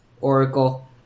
Oracle